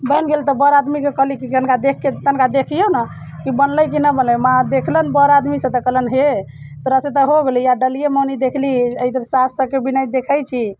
बनि गेल तऽ बड़ आदमीकेँ कहली कि कनिका देखि कऽ तनिका देखियौ ने कि बनलै कि नहि बनलै माँ देखलनि बड़ आदमी से तऽ कहलनि हे तोरासँ तऽ हो गेलौ या डलिए मने देखली एहि सास सभके बिनैत देखै छी